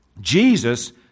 Jesus